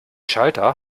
schalter